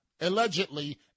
allegedly